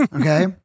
Okay